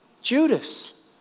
Judas